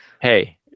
hey